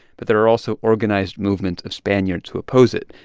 but there are also organized movements of spaniards who oppose it.